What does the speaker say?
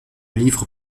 livre